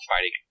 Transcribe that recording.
fighting